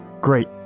Great